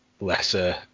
lesser